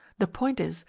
the point is,